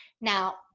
Now